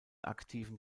aktiven